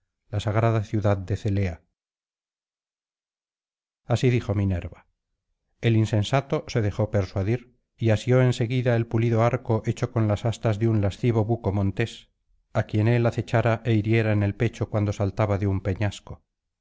la sagrada ciudad de cele así dijo minerva el insensato se dejó persuadir y asió en seguida el pulido arco hecho con las astas de un lascivo buco montes á quien él acechara é hiriera en el pecho cuando saltaba de un peñasco